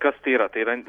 kas tai yra tai yra